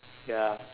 ya